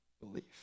belief